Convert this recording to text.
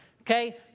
Okay